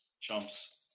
chumps